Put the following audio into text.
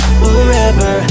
forever